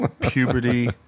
puberty